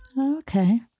Okay